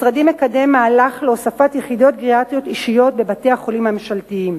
משרדי מקדם מהלך להוספת יחידות גריאטריות אישיות בבתי-החולים הממשלתיים.